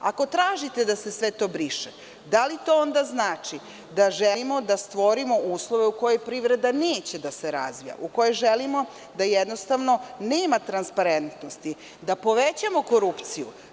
Ako tražite da se sve to briše, da li to onda znači da želimo da stvorimo uslove u kojima privreda neće da se razvija u koje želimo da jednostavno nema transparentnosti, da povećamo korupciju.